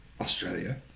Australia